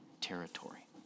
territory